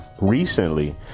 recently